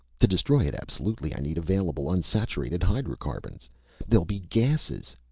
to destroy it absolutely i need available unsaturated hydrocarbons they'll be gases!